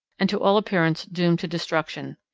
and to all appearance doomed to destruction.